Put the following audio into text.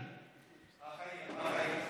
אחי.